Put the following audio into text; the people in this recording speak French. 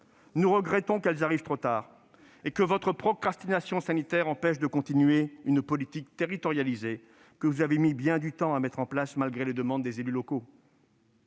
nous regrettons qu'elles arrivent trop tard et que votre procrastination sanitaire empêche de continuer une politique territorialisée que vous avez mis bien du temps à mettre en place, malgré les demandes des élus locaux.